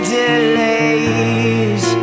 delays